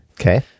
Okay